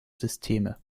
systeme